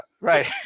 right